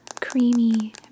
creamy